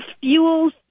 fuels